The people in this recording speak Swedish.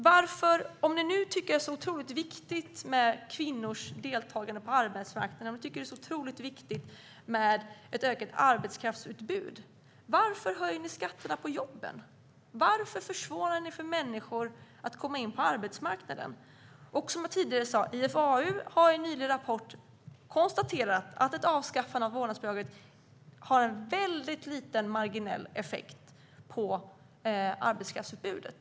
Om ni nu tycker att det är så otroligt viktigt med kvinnors deltagande på arbetsmarknaden och ett ökat arbetskraftsutbud, varför höjer ni då skatterna på jobben? Varför försvårar ni för människor att komma in på arbetsmarknaden? Som jag tidigare sa har IFAU nyligen i en rapport konstaterat att ett avskaffande av vårdnadsbidraget har en väldigt liten marginell effekt på arbetskraftsutbudet.